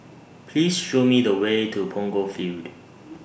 Please Show Me The Way to Punggol Field